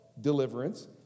deliverance